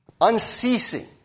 Unceasing